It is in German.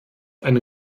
eine